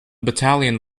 battalion